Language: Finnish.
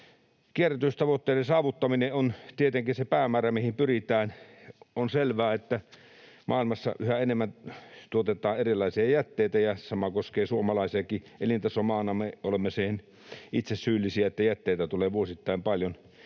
Kierrätystavoitteiden saavuttaminen on tietenkin se päämäärä, mihin pyritään. On selvää, että maailmassa yhä enemmän tuotetaan erilaisia jätteitä, ja sama koskee suomalaisiakin. Elintasomaana me olemme siihen itse syyllisiä, että jätteitä tulee vuosittain paljon.